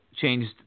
changed